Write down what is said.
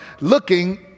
looking